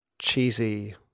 cheesy